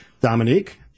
Dominique